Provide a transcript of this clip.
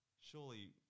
surely